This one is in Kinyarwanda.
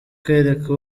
kereka